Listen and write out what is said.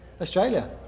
Australia